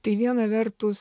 tai viena vertus